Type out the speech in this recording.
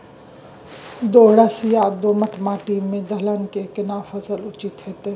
दोरस या दोमट माटी में दलहन के केना फसल उचित होतै?